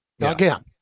again